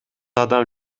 адам